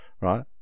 right